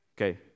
okay